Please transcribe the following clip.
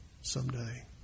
someday